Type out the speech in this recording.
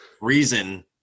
reason